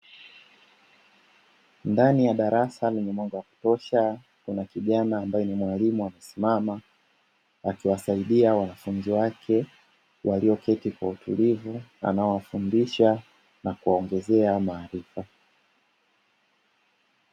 Ndani ya darasa lenye mwanga wa kutosha, kuna kijana ambaye ni mwalimu amesimama, akiwasaidia wanafunzi wake walioketi kwa utulivu. Anawafundisha na kuwaongezea maarifa.